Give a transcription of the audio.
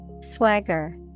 Swagger